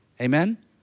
Amen